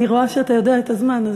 אני רואה שאתה יודע את הזמן,